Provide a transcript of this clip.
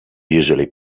usually